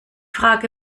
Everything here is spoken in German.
frage